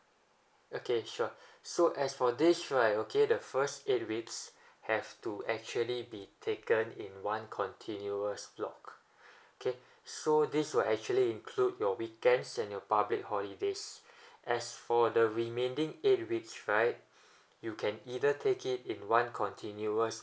okay sure so as for this right okay the first eight weeks have to actually be taken in one continuous block okay so this will actually include your weekends and your public holidays as for the remaining eight weeks right you can either take it in one continuous